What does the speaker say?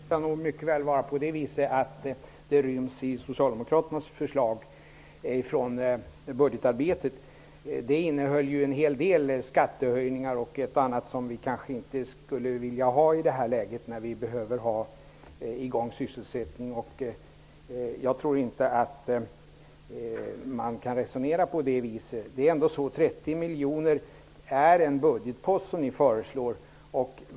Herr talman! Det kan mycket väl vara så att de ryms i det socialdemokratiska budgetförslaget. Det innehöll ju en hel del skattehöjningar och ett och annat som vi kanske inte skulle vilja ha i det här läget när vi behöver få i gång sysselsättning. Jag tror inte att man kan resonera på det viset. Det är ändå en budgetpost.